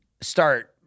start